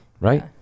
right